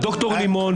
על ד"ר לימון,